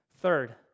Third